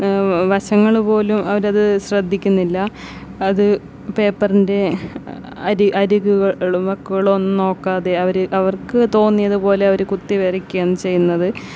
വശങ്ങൾ പോലും അവരത് ശ്രദ്ധിക്കുന്നില്ല അത് പേപ്പറിൻ്റെ അരി അരികുകളും വക്കുകളും ഒന്നും നോക്കാതെ അവർ അവർക്ക് തോന്നിയതു പോലെ അവർ കുത്തിവരയ്ക്കുകയാണ് ചെയ്യുന്നത്